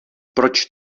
proč